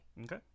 Okay